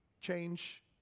change